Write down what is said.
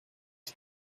die